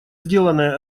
сделанное